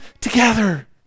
together